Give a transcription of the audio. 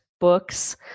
books